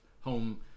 home